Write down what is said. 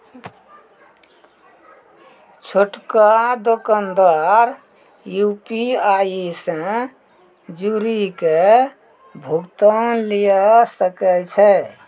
छोटका दोकानदार यू.पी.आई से जुड़ि के भुगतान लिये सकै छै